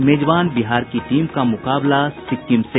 मेजबान बिहार की टीम का मुकाबला सिक्किम से